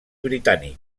britànic